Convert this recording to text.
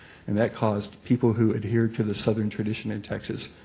and that caused people who adhered to the southern tradition in texas,